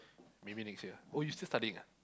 maybe next year ah oh you still studying ah